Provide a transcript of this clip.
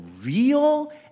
real